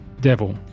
devil